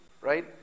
right